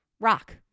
rock